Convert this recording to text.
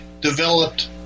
developed